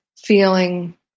feeling